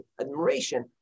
admiration